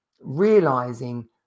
realizing